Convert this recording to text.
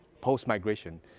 post-migration